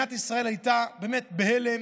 מדינת ישראל הייתה באמת בהלם.